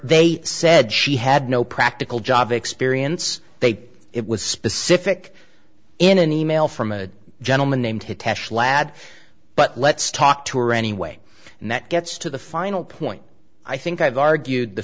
they said she had no practical job experience they it was specific in an e mail from a gentleman named hitesh lad but let's talk to her anyway and that gets to the final point i think i've argued the